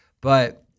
but-